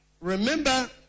Remember